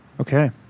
Okay